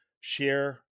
share